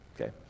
Okay